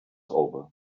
over